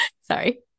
Sorry